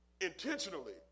intentionally